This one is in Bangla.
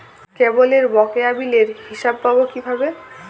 কেবলের বকেয়া বিলের হিসাব পাব কিভাবে?